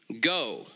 go